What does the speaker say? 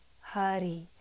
hari